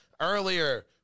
Earlier